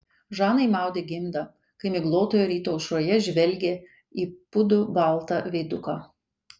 žanai maudė gimdą kai miglotoje ryto aušroje žvelgė į pūdų baltą veiduką